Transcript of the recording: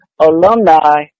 alumni